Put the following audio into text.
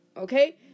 Okay